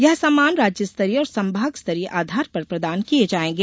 यह सम्मान राज्य स्तरीय और संभाग स्तरीय आधार पर प्रदान किये जायेंगे